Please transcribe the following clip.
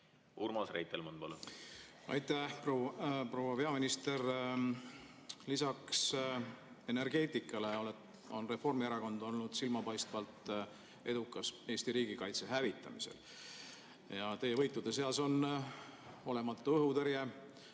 Urmas Reitelmann, palun! Aitäh! Proua peaminister! Lisaks energeetikale on Reformierakond olnud silmapaistvalt edukas Eesti riigikaitse hävitamisel. Teie võitude seas on olematu õhutõrje